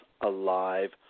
alive